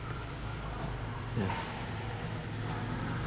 ya